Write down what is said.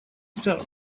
star